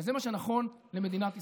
וזה מה שנכון למדינת ישראל.